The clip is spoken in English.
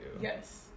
yes